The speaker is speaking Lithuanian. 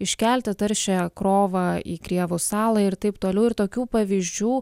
iškelti taršiąją krovą į krievų salą ir taip toliau ir tokių pavyzdžių